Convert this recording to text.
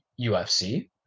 UFC